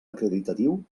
acreditatiu